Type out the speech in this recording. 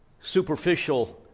superficial